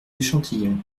échantillons